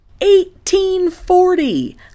1840